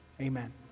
Amen